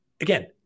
again